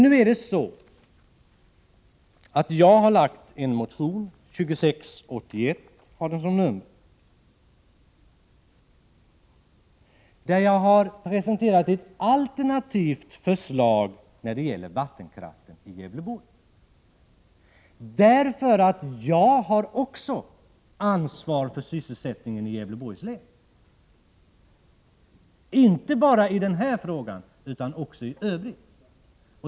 Nu är det så att jag väckt en motion, nr 2681, där jag presenterat ett alternativt förslag när det gäller vattenkraften i Gävleborg. Jag har nämligen också ansvar för sysselsättningen i Gävleborgs län — inte bara i denna fråga utan också i övrigt.